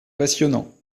passionnant